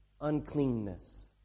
uncleanness